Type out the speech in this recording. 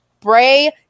Bray